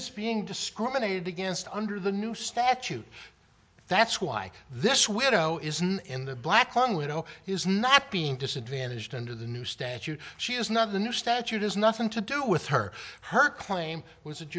is being discriminated against under the new statute that's why this widow isn't in the black young widow is not being disadvantaged under the new statute she is not the new statute has nothing to do with her her claim was a